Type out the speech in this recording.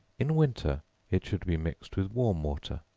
in winter it should be mixed with warm water,